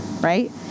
right